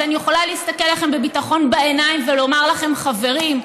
אז אני יכולה להסתכל לכם בביטחון בעיניים ולומר לכם: חברים,